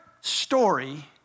story